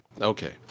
Okay